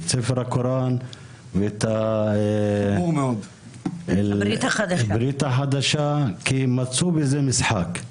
את ספר הקוראן ואת הברית החדשה כי מצאו בזה משחק.